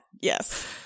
yes